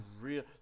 real